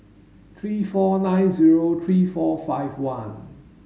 three four nine zero three four five one